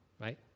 right